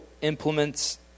implements